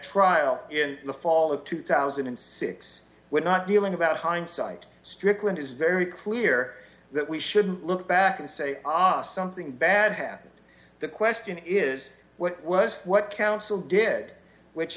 trial in the fall d of two thousand and six we're not dealing about hindsight strickland is very clear that we shouldn't look back and say ah something bad happened the question is what was what counsel did which